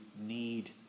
need